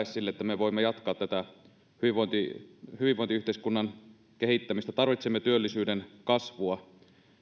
sille että me voimme jatkaa tätä hyvinvointiyhteiskunnan kehittämistä tarvitsemme työllisyyden kasvua